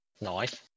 Nice